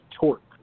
torque